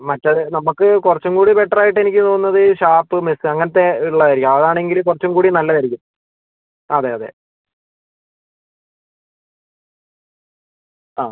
മറ്റേത് നമുക്ക് കുറച്ചും കൂടി ബെറ്ററായിട്ട് എനിക്ക് തോന്നുന്നത് ഷാപ്പ് മെസ്സ് അങ്ങനത്തെ ഉള്ളതായിരിക്കും അതാണെങ്കിൽ കുറച്ചും കൂടി നല്ലതായിരിക്കും അതെയതെ ആ